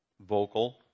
vocal